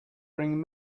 bring